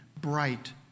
bright